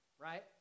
right